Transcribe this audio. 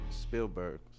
Spielberg